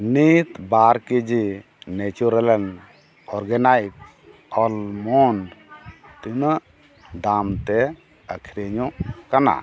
ᱱᱤᱛ ᱵᱟᱨ ᱠᱤᱡᱤ ᱱᱮᱪᱚᱨᱮᱞᱚᱢ ᱚᱨᱜᱟᱱᱟᱭᱤᱠ ᱚᱞᱢᱚᱱᱰ ᱛᱤᱱᱟᱹᱜ ᱫᱟᱢᱛᱮ ᱟᱹᱠᱷᱨᱤᱧᱚᱜ ᱠᱟᱱᱟ